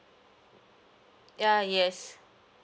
ya yes